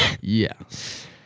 Yes